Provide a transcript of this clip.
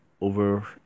over